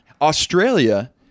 Australia